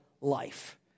life